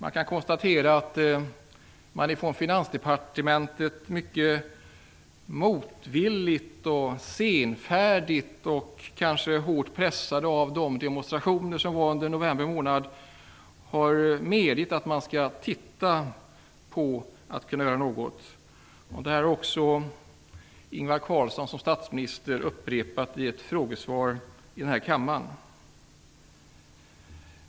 Man kan konstatera att Finansdepartementet mycket motvilligt, senfärdigt och kanske hårt pressat av de demonstrationer som var under november månad har medgett att man skall titta på om man kan göra något. Det har också Ingvar Carlsson som statsminister upprepat i ett frågesvar här i kammaren.